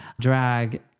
drag